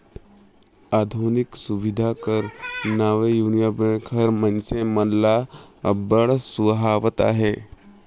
आधुनिक सुबिधा कर नावें युनियन बेंक हर मइनसे मन ल अब्बड़ सुहावत अहे